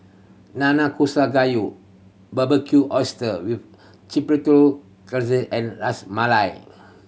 Nanakusa Gayu Barbecue Oyster with Chipotle and Ras Malai